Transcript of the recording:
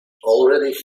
already